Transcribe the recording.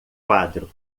quadro